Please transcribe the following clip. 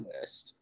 list